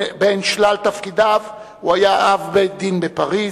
בין שלל תפקידיו הוא היה אב בית-דין בפריס,